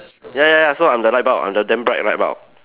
ya ya ya so I'm the light bulb I'm the damn bright light bulb